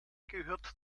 gehört